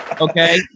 okay